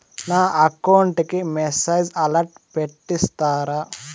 నా అకౌంట్ కి message alert పెట్టిస్తారా